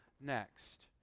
next